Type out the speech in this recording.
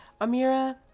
amira